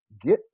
get